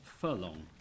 furlong